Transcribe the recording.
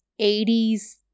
80s